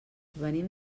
venim